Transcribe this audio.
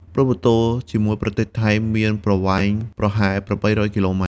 ព្រំប្រទល់ជាមួយប្រទេសថៃនេះមានប្រវែងប្រហែល ៨០០ គីឡូម៉ែត្រ។